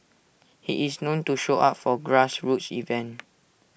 he is known to show up for grassroots event